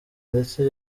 ndetse